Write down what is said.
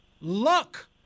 luck